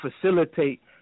facilitate